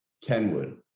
Kenwood